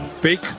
Fake